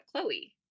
Chloe